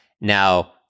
Now